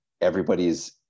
everybody's